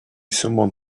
someone